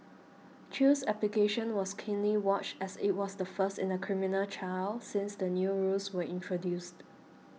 chew's application was keenly watched as it was the first in a criminal trial since the new rules were introduced